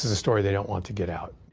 story they don't want to get out.